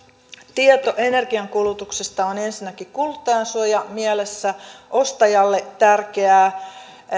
tieto energiankulutuksesta on ensinnäkin kuluttajansuojamielessä ostajalle tärkeää